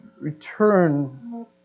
return